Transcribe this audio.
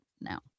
now